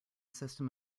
system